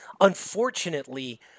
unfortunately